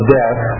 death